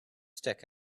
stick